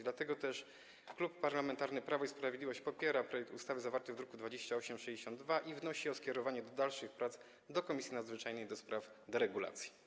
Dlatego też Klub Parlamentarny Prawo i Sprawiedliwość popiera projekt ustawy zawarty w druku nr 2862 i wnosi o skierowanie go do dalszych prac w Komisji Nadzwyczajnej do spraw deregulacji.